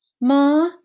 Ma